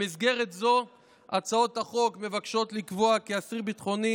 במסגרת זו הצעות החוק מבקשות לקבוע כי אסיר ביטחוני